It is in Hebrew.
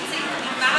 איציק, נגמר הכסף.